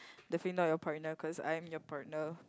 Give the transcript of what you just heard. definitely not your partner cause I'm your partner